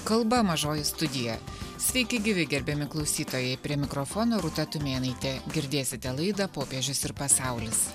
kalba mažoji studija sveiki gyvi gerbiami klausytojai prie mikrofono rūta tumėnaitė girdėsite laidą popiežius ir pasaulis